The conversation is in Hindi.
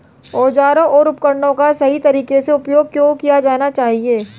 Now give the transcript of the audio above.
औजारों और उपकरणों का सही तरीके से उपयोग क्यों किया जाना चाहिए?